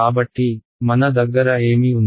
కాబట్టి మన దగ్గర ఏమి ఉంది